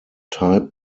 type